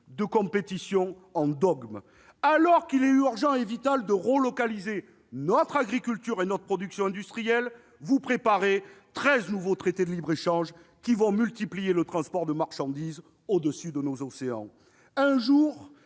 de compétition en dogme. Alors qu'il est urgent et vital de relocaliser notre agriculture et notre production industrielle, vous préparez treize nouveaux traités de libre-échange, qui multiplieront le transport de marchandises au-dessus de nos océans. Un jour,